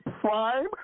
prime